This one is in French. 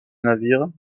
navires